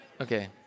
okay